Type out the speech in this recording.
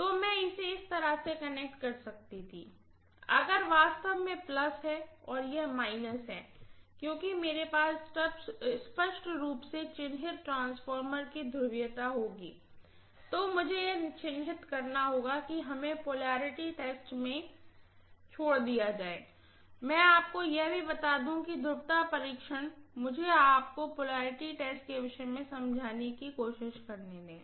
तो मैं इसे इस तरह से कनेक्ट कर सकती थी अगर वास्तव में प्लस है और यह माइनस है क्योंकि मेरे पास स्पष्ट रूप से चिह्नित ट्रांसफार्मर की ध्रुवीयता होगी या मुझे यह चिन्हित करना होगा कि हमें पोलरिटी टेस्ट में छोड़ दिया जाए मैं आपको यह भी बता दूं कि ध्रुवता परीक्षण मुझे आपको पोलरिटीटी टेस्ट के विषय में समझने की कोशिश करने दें